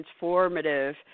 transformative